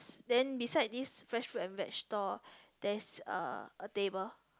then beside this fresh fruit and veg store there is a a table